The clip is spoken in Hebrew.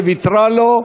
שוויתרה לו.